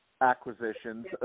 acquisitions